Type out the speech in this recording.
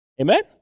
Amen